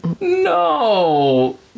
No